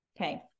Okay